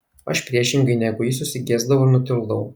aš priešingai negu ji susigėsdavau ir nutildavau